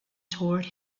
toward